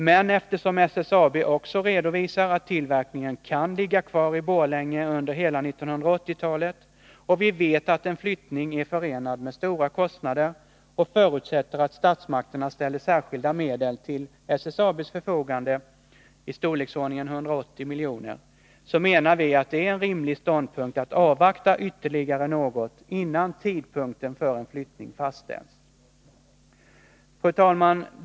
Men eftersom SSAB också redovisar att tillverkningen kan ligga kvar i Borlänge under hela 1980-talet, och eftersom vi vet att en flyttning är förenad med stora kostnader och förutsätter att statsmakterna ställer särskilda medel till SSAB:s förfogande i storleksordningen 180 milj., så menar vi att det är en rimlig ståndpunkt att avvakta ytterligare något innan tidpunkten för en flyttning fastställs. Fru talman!